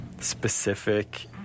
specific